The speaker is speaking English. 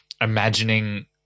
imagining